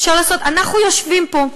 אנחנו יושבים פה,